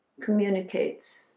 communicates